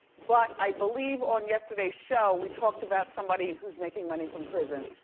but i believe on yesterday's show, we talked about somebody who's making money from prison,